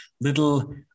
little